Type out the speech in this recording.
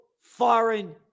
foreign